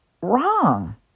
wrong